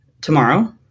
tomorrow